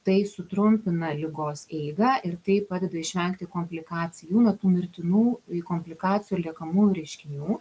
tai sutrumpina ligos eigą ir tai padeda išvengti komplikacijų būna tų mirtinų komplikacijų liekamųjų reiškinių